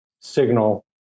signal